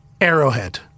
Arrowhead